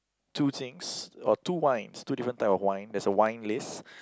two things or two wines two different type of wine there's a wine list